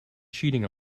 cheating